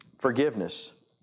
forgiveness